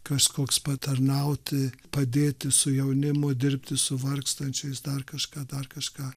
kažkoks patarnauti padėti su jaunimu dirbti su vargstančiais dar kažką dar kažką